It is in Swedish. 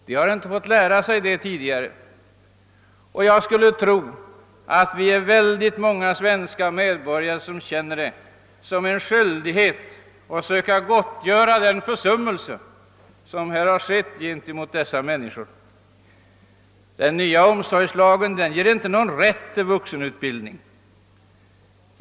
De har inte fått lära sig det tidigare, och jag skulle tro att vi är många svenska medborgare som känner det som vår skyldighet att försöka gottgöra den försummelse som tidigare begåtts mot dessa människor. Den nya omsorgslagen ger inte rätt till vuxenutbildning.